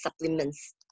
supplements